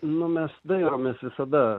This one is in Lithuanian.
nu mes dairomės visada